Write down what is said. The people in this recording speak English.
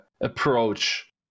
approach